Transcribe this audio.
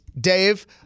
Dave